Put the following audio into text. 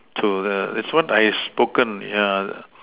so err it's what I spoken yeah